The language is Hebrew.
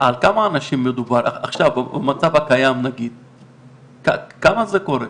אנשים מדובר, עכשיו במצב הקיים, כמה זה קורה?